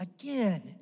again